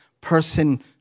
person